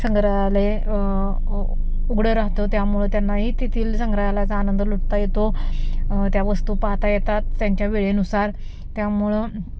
संग्रहालय उघडं राहतं त्यामुळं त्यांनाही तेथील संग्रहालयाचा आनंद लुटता येतो त्या वस्तू पाहता येतात त्यांच्या वेळेनुसार त्यामुळं